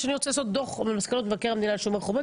אני רוצה לעשות דוח ממסקנות מבקר המדינה על "שומר חומות".